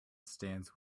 stands